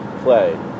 play